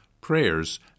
prayers